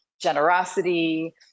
generosity